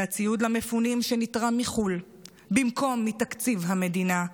זה הציוד למפונים שנתרם מחו"ל במקום מתקציב המדינה,